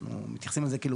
אנחנו מתייחסים אל זה כאילו